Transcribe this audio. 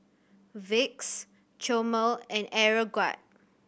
Vicks Chomel and Aeroguard